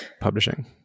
publishing